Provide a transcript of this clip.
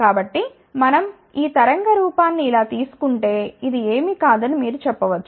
కాబట్టిమనం ఈ తరంగ రూపాన్ని ఇలా తీసు కుంటే ఇది ఏమీ కాదని మీరు చెప్పవచ్చు